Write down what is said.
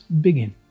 begin